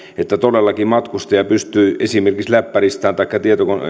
että todellakin matkustaja pystyy esimerkiksi läppäristään taikka